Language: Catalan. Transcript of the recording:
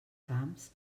camps